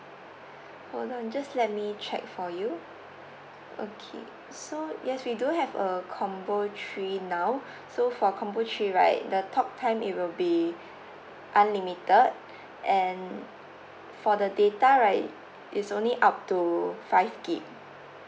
hold on just let me check for you okay so yes we do have a combo three now so for combo three right the talk time it will be unlimited and for the data right it's only up to five G_B